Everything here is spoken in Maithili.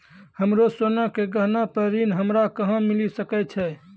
हमरो सोना के गहना पे ऋण हमरा कहां मिली सकै छै?